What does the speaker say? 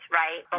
right